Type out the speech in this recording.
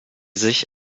sich